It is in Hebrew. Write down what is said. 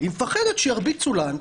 מפחדת שירביצו לה.